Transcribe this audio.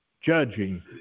judging